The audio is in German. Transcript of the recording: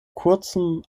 kurzem